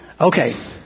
Okay